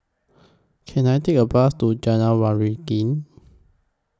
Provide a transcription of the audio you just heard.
Can I Take A Bus to Jalan Waringin